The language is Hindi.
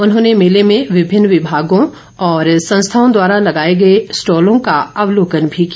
उन्होंने मेले में विभिन्न विभागों और संस्थाओं द्वारा लगाए गए स्टॉलों का अवलोकन भी किया